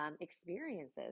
experiences